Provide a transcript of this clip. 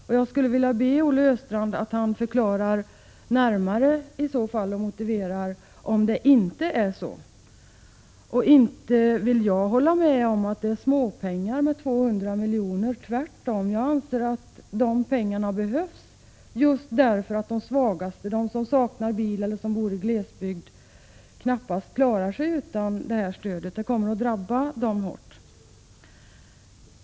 Om det enligt Olle Östrands mening inte är så, skulle jag vilja be honom att närmare förklara och motivera det. Inte vill jag hålla med om att 200 miljoner är småpengar — tvärtom. Jag anser att de pengarna behövs just därför att de svagaste — de som saknar bil eller bor i glesbygd — knappast klarar sig utan det stödet. Det kommer att drabba dem hårt.